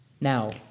Now